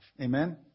Amen